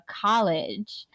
college